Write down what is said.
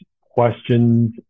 questions